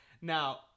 Now